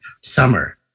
summer